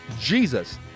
Jesus